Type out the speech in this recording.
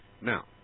Now